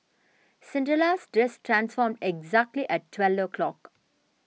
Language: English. Cinderella's dress transformed exactly at twelve o'clock